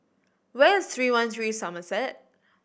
where is Three One Three Somerset